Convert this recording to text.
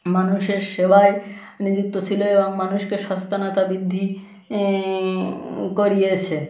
মানুষের সেবায় নিযুক্ত ছিল এবং মানুষকে সচেতনতা বৃদ্ধি করিয়েছে